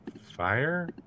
fire